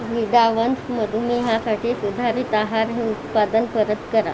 व्हिडावन्स मधुमेहासाठी सुधारित आहार हे उत्पादन परत करा